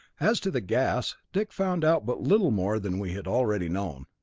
as to the gas, dick found out but little more than we had already known.